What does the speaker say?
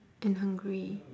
and hungry